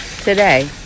today